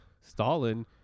Stalin